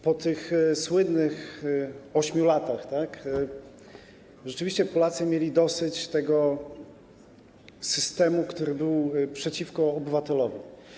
Po tych słynnych 8 latach rzeczywiście Polacy mieli dosyć tego systemu, który był przeciwko obywatelowi.